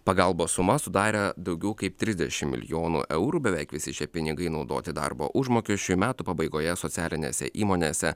pagalbos suma sudarė daugiau kaip trisdešim milijonų eurų beveik visi šie pinigai naudoti darbo užmokesčiui metų pabaigoje socialinėse įmonėse